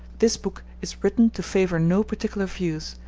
this book is written to favor no particular views,